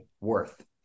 worth